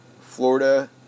Florida